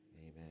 Amen